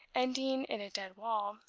ending in a dead wall,